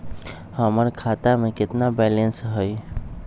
हमर खाता में केतना बैलेंस हई?